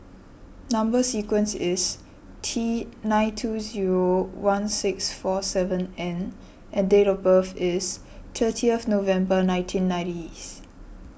Number Sequence is T nine two zero one six four seven N and date of birth is thirtieth November nineteen nineties